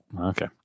Okay